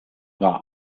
war